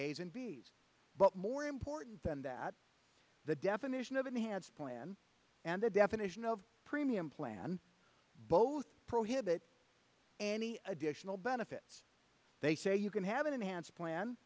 a's and b s but more important than that the definition of enhanced plan and the definition of premium plan both prohibit any additional benefit they say you can have an enhanced plan